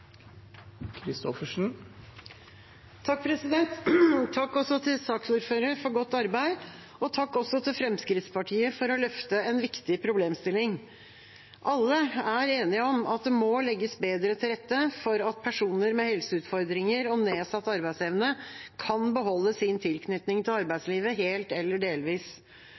til. Takk til saksordføreren for godt arbeid, takk også til Fremskrittspartiet for å løfte en viktig problemstilling. Alle er enige om at det må legges bedre til rette for at personer med helseutfordringer og nedsatt arbeidsevne kan beholde sin tilknytning til arbeidslivet, helt eller delvis.